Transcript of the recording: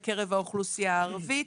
בקרב האוכלוסייה הערבית.